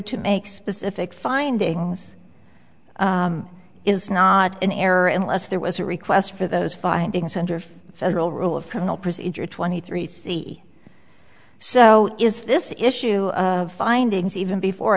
to make specific findings is not in error unless there was a request for those findings under for federal rule of criminal procedure twenty three c so is this issue of findings even before